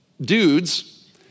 dudes